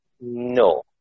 No